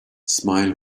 smile